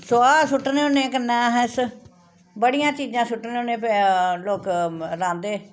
सोआह् सुट्टने होन्ने कन्नै अस अस बड़ियां चीजां सुट्टने होन्ने लोक रांह्दे